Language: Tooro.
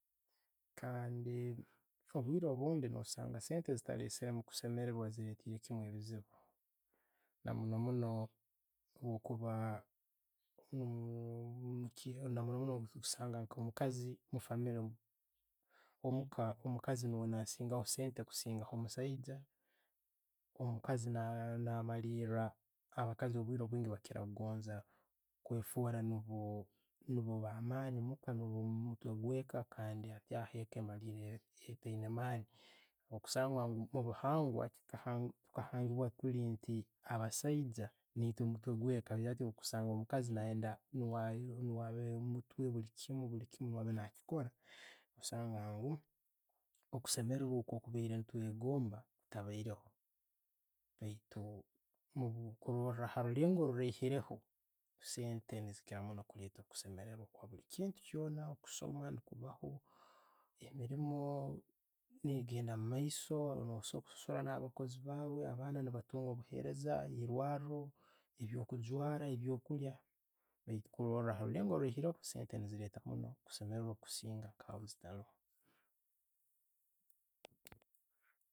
Kandi obwiire bwingi no'sanga sente zittaresere kusemererwa zireiteremu ne'bizibu namuno muno bwo kuba namuno muno o'kusanga omukasi nuuwe, omuka omukasi nuuwe na'nasinga sente kusinga omusaija, omukazi na- namaliira, abakazi obwire bwingi bakira kugonza kwefoora niibo niibo ba'maani omuka, niigwo omutwe gwe'eka, kandi eka emaliira etayiina amaani. Okusangwa nko'omubuhangwa, tukahangiibwa nti, abasaiija nitwe omutwe gweeka baitu bwokusanga omukazi nayenda abe omutwe na'bulikimu na'ba nakikoora, okusanga ngu, okusemererwa kokubaire no'twegomba, tabairemo. Baitu bwokurola harulengo oruraireho, sente zikira munno kuleeta kusemererwa okwa buli kintu kyoona, okusoma nekubaho, emirrimu negenda omumaiso, no sasura na'bakoozi baawe, abaana ne' batunga obuhereza eirwaro, ebyokugwala, ebyokula. Baitu, kurola harulengo oruraihireho, sente nezireeta munno kusemererwa kwiingi kusinga bwe'zibazitaroho.